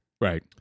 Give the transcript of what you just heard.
Right